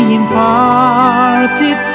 imparted